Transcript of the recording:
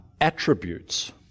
attributes